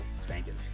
Spanking